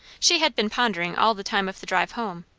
she had been pondering all the time of the drive home,